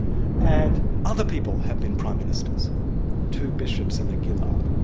and other people have been prime ministers two bishops and a gillard,